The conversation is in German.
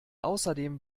außerdem